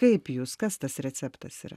kaip jūs kas tas receptas yra